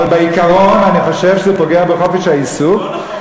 אבל בעיקרון אני חושב שזה פוגע בחופש העיסוק.